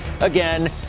again